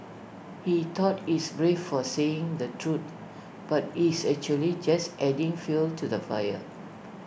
he thought he's brave for saying the truth but he's actually just adding fuel to the fire